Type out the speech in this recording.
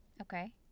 Okay